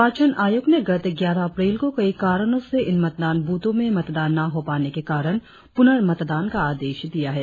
निर्वाचन आयोग ने गत ग्यारह अप्रैल को कई कारणों से इन मतदान ब्रथों में मतदान न हो पाने के कारण प्रनर्मतदान का आदेश दिया है